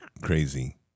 crazy